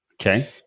Okay